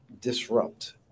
disrupt